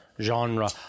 genre